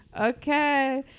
okay